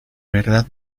verdad